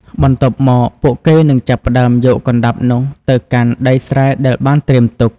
បន្ទាប់មក ពួកគេនឹងចាប់ផ្តើមយកកណ្តាប់នោះទៅកាន់ដីស្រែដែលបានត្រៀមទុក។